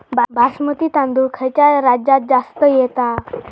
बासमती तांदूळ खयच्या राज्यात जास्त येता?